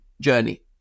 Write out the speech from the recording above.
journey